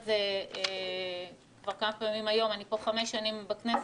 זה כבר כמה פעמים היום אני פה חמש שנים בכנסת,